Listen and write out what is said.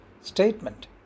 statement